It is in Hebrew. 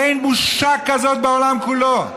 אין בושה כזאת בעולם כולו.